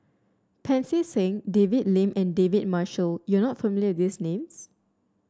Pancy Seng David Lim and David Marshall you are not familiar these names